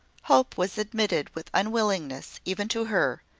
hope was admitted with unwillingness even to her,